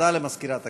הודעה למזכירת הכנסת.